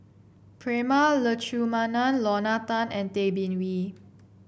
Prema Letchumanan Lorna Tan and Tay Bin Wee